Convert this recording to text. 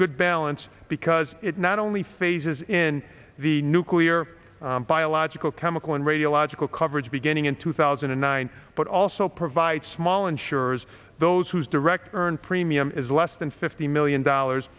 good balance because it not only phases in the nuclear biological chemical and radiological coverage beginning in two thousand and nine but also provides small insurers those whose direct earned premium is less than fifty million dollars